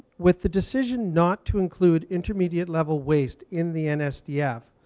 with the decision not to include intermediate level waste in the nsdf,